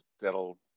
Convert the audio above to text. that'll